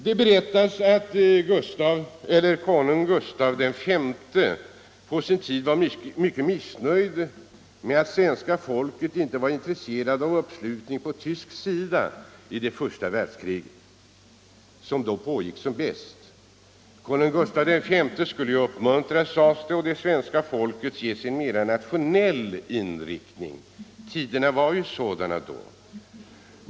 Det berättas att konung Gustav V på sin tid var mycket missnöjd med att svenska folket inte var intresserat av uppslutning på tysk sida i det första världskriget som då pågick som bäst. Konung Gustav V skulle uppmuntras, sades det, och det svenska folket skulle ges en mera nationell inriktning. Tiderna var ju sådana då.